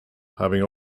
having